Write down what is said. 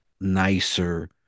nicer